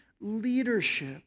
leadership